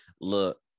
look